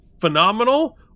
phenomenal